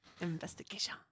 Investigation